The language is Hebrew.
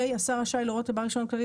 השר רשאי להורות לבעל רישיון כללי,